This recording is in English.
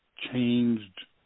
changed